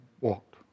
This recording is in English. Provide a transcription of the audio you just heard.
walked